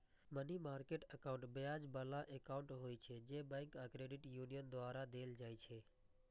money market account ब्याज बला account होइ छै, जे बैंक आ क्रेडिट यूनियन द्वारा देल जाइ छै